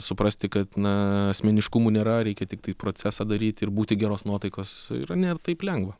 suprasti kad na asmeniškumų nėra reikia tiktai procesą daryt ir būti geros nuotaikos yra nėr taip lengva